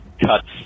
Cuts